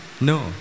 No